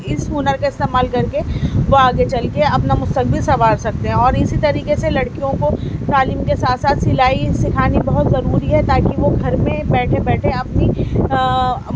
اس ہنر کا استعمال کر کے وہ آگے چل کے اپنا مستقبل سنوار سکتے ہیں اور اسی طریقے سے لڑکیوں کو تعلیم کے ساتھ ساتھ سلائی سکھانی بہت ضروری ہے تاکہ وہ گھر پہ بیٹھے بیٹھے اپنی